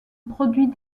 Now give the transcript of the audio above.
produit